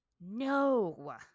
No